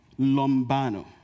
lombano